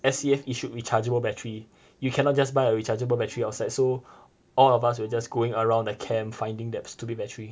S_A_F issued rechargeable battery you cannot just buy a rechargeable battery outside so all of us were just going around the camp finding that stupid battery